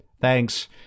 Thanks